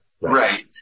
Right